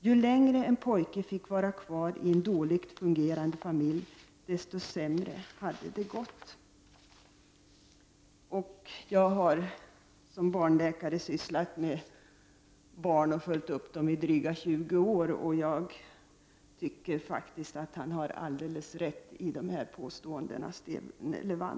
Ju längre en pojke fick vara kvar i en dåligt fungerande familj, desto sämre har det gått.” Jag har som barnläkare sysslat med barn och med uppföljningar av deras situation i drygt 20 år, och jag tycker faktiskt att Sten Levander har alldeles rätt i sina påståenden.